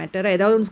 no